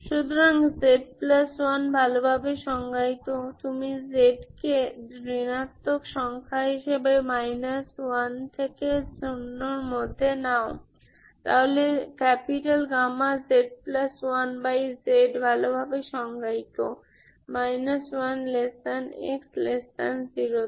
সুতরাং z1 ভালোভাবে সংজ্ঞায়িত তুমি z কে ঋণাত্মক সংখ্যা হিসেবে 1 থেকে 0 এর মধ্যে নাও তাহলে z1z ভালোভাবে সংজ্ঞায়িত 1x0 এতে